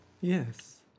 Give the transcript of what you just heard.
Yes